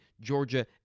Georgia